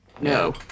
No